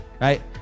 right